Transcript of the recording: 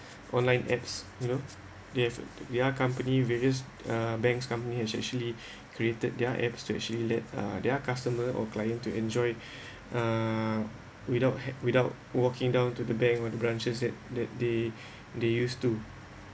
online apps you know the effort their company various uh banks company has actually created their apps to actually let uh their customer or client to enjoy uh without without walking down to the bank or the branches that that they they used to